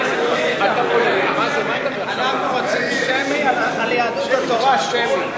אנחנו רוצים שמי, על יהדות התורה שמי.